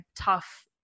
tough